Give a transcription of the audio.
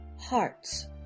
Hearts